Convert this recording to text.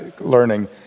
learning